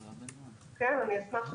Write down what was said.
כן, אני אשמח.